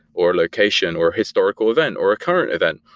or location, or historical event, or a current event.